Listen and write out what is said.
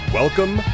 welcome